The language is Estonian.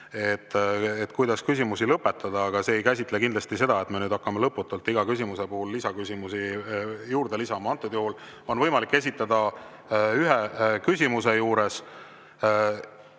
kuidas küsimusi lõpetada, aga see ei käsitle kindlasti seda, et me nüüd hakkame lõputult iga küsimuse puhul lisaküsimusi juurde lisama. Antud juhul on võimalik esitada ühe [teema] juures